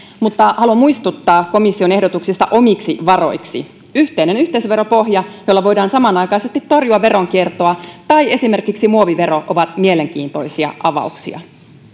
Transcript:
mutta haluan muistuttaa komission ehdotuksista omiksi varoiksi yhteinen yhteisöveropohja jolla voidaan samanaikaisesti torjua veronkiertoa tai esimerkiksi muovivero ovat mielenkiintoisia avauksia